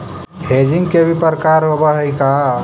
Hedging के भी प्रकार होवअ हई का?